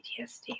PTSD